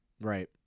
Right